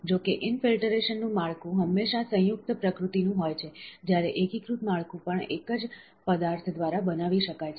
જો કે ઈનફિલ્ટરેશન નું માળખું હંમેશા સંયુક્ત પ્રકૃતિનું હોય છે જ્યારે એકીકૃત માળખું પણ એક જ પદાર્થ દ્વારા બનાવી શકાય છે